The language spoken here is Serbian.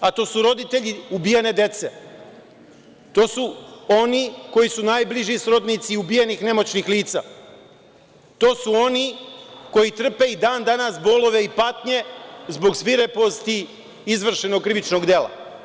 a to su roditelji ubijene dece, to su oni koji su najbliži srodnici ubijenih, nemoćnih lica, to su oni koji trpe i dan danas bolove i patnje zbog svireposti izvršenog krivičnog dela.